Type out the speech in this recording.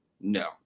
No